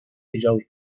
dijous